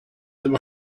them